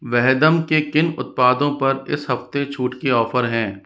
वेहदम के किन उत्पादों पर इस हफ़्ते छूट के ऑफ़र हैं